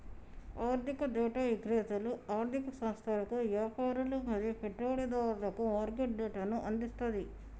ఆర్థిక డేటా విక్రేతలు ఆర్ధిక సంస్థలకు, వ్యాపారులు మరియు పెట్టుబడిదారులకు మార్కెట్ డేటాను అందిస్తది